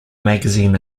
magazine